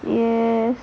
yes